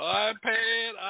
iPad